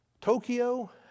Tokyo